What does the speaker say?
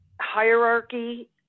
hierarchy